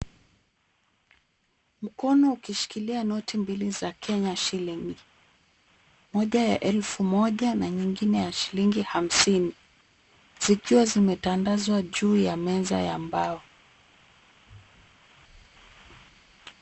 Mkono ukishikilia noti mbili za Kenyan shilling (cs) .Moja ya elfu moja na nyingine ya shilingi hamsini zikiwa zimetandazwa juu ya meza ya mbao.